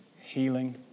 healing